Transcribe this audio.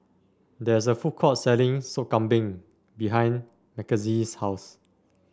there is a food court selling Sop Kambing behind Makenzie's house